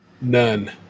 None